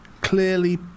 clearly